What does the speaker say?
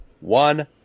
one